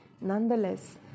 Nonetheless